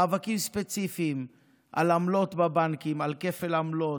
מאבקים ספציפיים על עמלות בבנקים, על כפל עמלות,